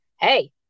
hey